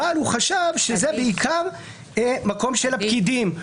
אבל הוא חשב שזה בעיקר מקום של הפקידים.